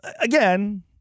again